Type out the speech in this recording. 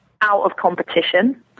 out-of-competition